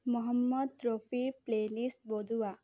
মহম্মদ ৰফীৰ প্লেলিষ্ট বজোৱা